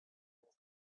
its